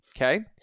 okay